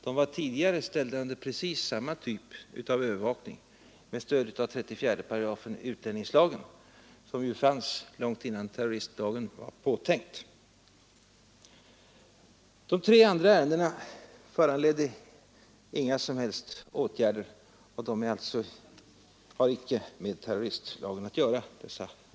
De var tidigare ställda under precis samma typ av övervakning med stöd av 34 § utlänningslagen, som fanns långt innan terroristlagen var påtänkt. De tre andra ärendena föranledde inga som helst åtgärder, och dessa människor har inte med terroristlagen att göra.